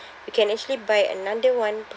you can actually buy another one